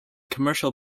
commercial